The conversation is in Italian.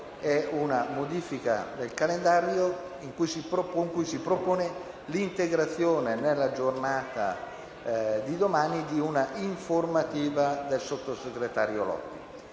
di modifica del calendario con l'integrazione, nella giornata di domani, di un'informativa del sottosegretario Lotti,